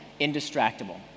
indistractable